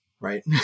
right